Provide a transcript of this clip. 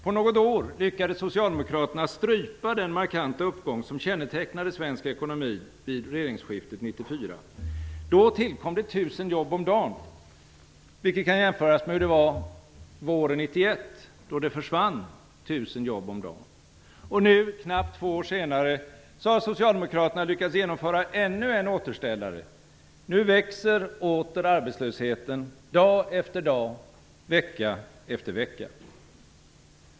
På något år lyckades Socialdemokraterna strypa den markanta uppgång som kännetecknade svensk ekonomi vid regeringsskiftet 1994. Då tillkom det tusen jobb om dagen, vilket kan jämföras med hur det var våren 1991, då det försvann tusen jobb om dagen. Nu, knappt två år senare, har Socialdemokraterna lyckats genomföra ännu en återställare. Nu växer åter arbetslösheten dag efter dag, vecka efter vecka.